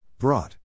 Brought